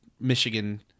Michigan